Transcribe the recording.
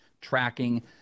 tracking